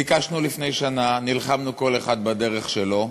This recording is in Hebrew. ביקשנו לפני שנה, נלחמנו כל אחד בדרך שלו,